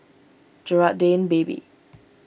Jerad Dane Baby